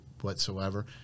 whatsoever